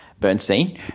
Bernstein